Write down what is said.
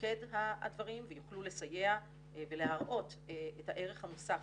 במוקד הדברים ויוכלו לסייע ולהראות את הערך המוסף